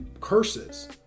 curses